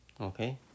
okay